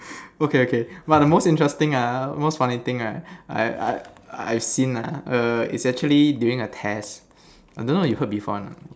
okay okay but the most interesting ah most funny thing right I I I've seen ah err is actually during a test I don't know you heard before or not